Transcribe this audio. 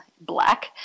black